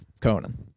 Conan